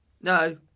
no